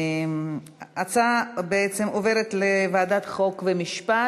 ההצעה עוברת לוועדת החוקה,